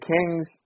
Kings